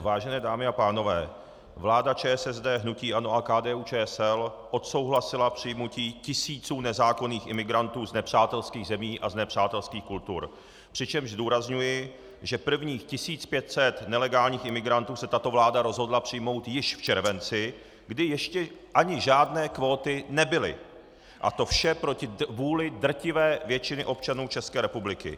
Vážené dámy a pánové, vláda ČSSD, hnutí ANO a KDUČSL odsouhlasila přijetí tisíců nezákonných imigrantů z nepřátelských zemí a z nepřátelských kultur, přičemž zdůrazňuji, že prvních 1500 nelegálních imigrantů se tato vláda rozhodla přijmout již v červenci, kdy ještě ani žádné kvóty nebyly, a to vše proti vůli drtivé většiny občanů České republiky.